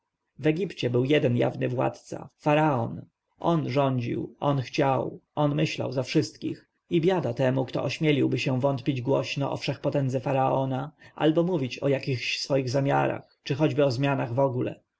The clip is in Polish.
w egipcie był jeden jawny władca faraon on rządził on chciał on myślał za wszystkich i biada temu kto ośmieliłby się wątpić głośno o wszechpotędze faraona albo mówić o jakichś swoich zamiarach czy choćby o zmianach wogóle